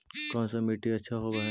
कोन सा मिट्टी अच्छा होबहय?